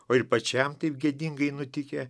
o pačiam taip gėdingai nutikę